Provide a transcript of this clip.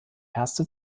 erste